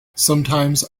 sometimes